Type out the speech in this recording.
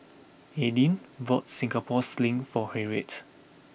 Aidyn bought Singapore Sling for Harriett